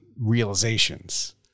realizations